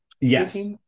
Yes